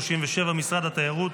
משרד התיירות,